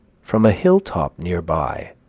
from a hill-top near by,